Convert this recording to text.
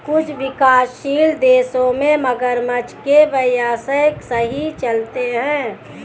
कुछ विकासशील देशों में मगरमच्छ के व्यवसाय सही चलते हैं